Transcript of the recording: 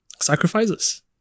Sacrifices